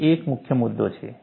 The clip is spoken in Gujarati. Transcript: તે એક મુખ્ય મુદ્દો છે